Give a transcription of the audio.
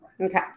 Okay